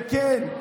וכן,